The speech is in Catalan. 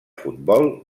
futbol